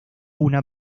una